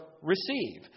receive